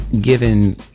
given